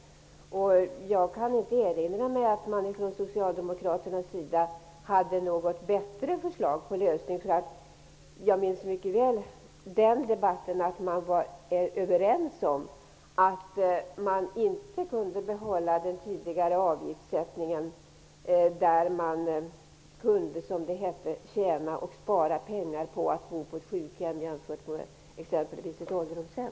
Jag kan inte erinra mig att Socialdemokraterna hade något bättre förslag. Jag minns mycket väl den debatten. Man var överens om att inte behålla den tidigare avgiftssättningen där det var möjligt att så att säga tjäna och spara pengar på att bo på sjukhem jämfört med t.ex. ett ålderdomshem.